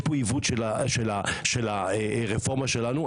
יש פה עיוות של הרפורמה שלנו,